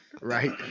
right